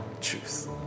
truth